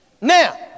Now